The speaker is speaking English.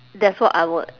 that's what I would